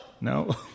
No